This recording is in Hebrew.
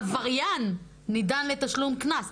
עבריין נידון לתשלום קנס.